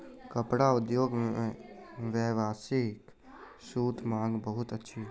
कपड़ा उद्योग मे व्यावसायिक सूतक मांग बहुत अछि